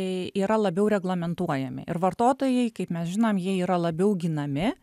yra labiau reglamentuojami ir vartotojai kaip mes žinom jie yra labiau ginami